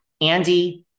Andy